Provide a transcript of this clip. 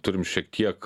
turim šiek tiek